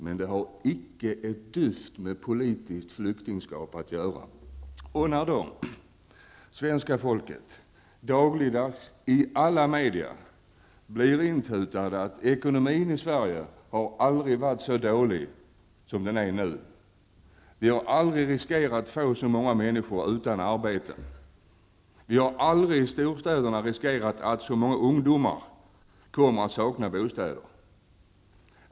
Men det har icke ett dyft med politiskt flyktingskap att göra. Svenska folket blir ju dagligen i media itutat att ekonomin i Sverige aldrig har varit så dålig som den är nu, att det aldrig har varit så många människor som nu som har löpt risk att bli utan arbete och att det aldrig har varit så många ungdomar som nu som i storstäderna löpt risk att bli utan bostad.